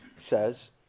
says